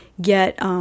get